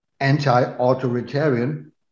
anti-authoritarian